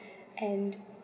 and